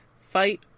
Fight